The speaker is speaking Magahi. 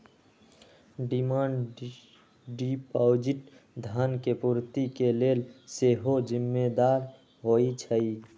डिमांड डिपॉजिट धन के पूर्ति के लेल सेहो जिम्मेदार होइ छइ